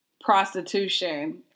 prostitution